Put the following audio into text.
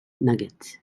nuggets